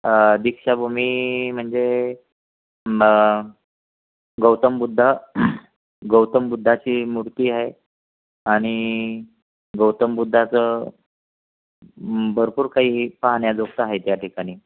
दीक्षाभूमी म्हणजे मग गौतम बुद्ध गौतम बुद्धाची मूर्ती आहे आणि गौतम बुद्धाचं भरपूर काही पाहण्या जोगतं आहे त्या ठिकाणी